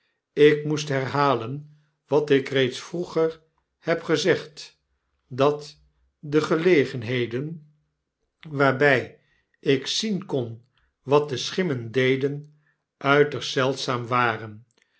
ik moet herhalen wat ik reeds vroeger heb gezegd dat de gelegenheden waarby ik zien kon wat de schimmen deden uiterst zeldzaam waren